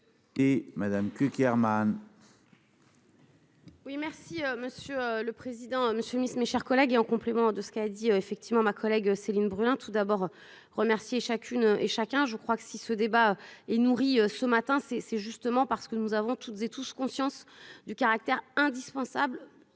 Et Madame Cukierman.